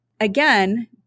again